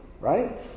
right